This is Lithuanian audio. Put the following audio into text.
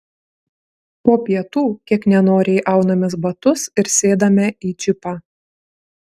po pietų kiek nenoriai aunamės batus ir sėdame į džipą